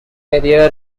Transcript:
career